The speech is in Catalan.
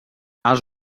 els